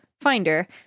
finder